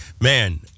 Man